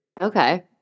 Okay